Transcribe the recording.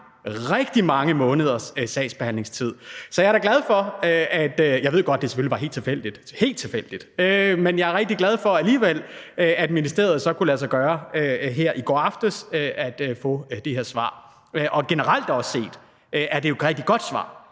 rigtig mange måneders sagsbehandlingstid. Så jeg er da rigtig glad for – jeg ved godt, at det selvfølgelig var helt tilfældigt, helt tilfældigt – at det så alligevel kunne lade sig gøre i går aftes at få det her svar fra ministeriet. Og generelt set er det jo et rigtig godt svar,